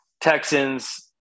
Texans